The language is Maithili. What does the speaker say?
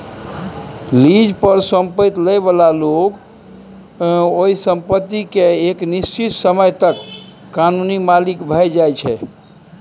लीज पर संपैत लइ बला लोक ओइ संपत्ति केँ एक निश्चित समय तक कानूनी मालिक भए जाइ छै